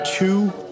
Two